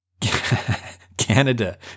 Canada